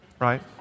right